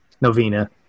Novena